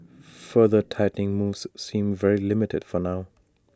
further tightening moves seem very limited for now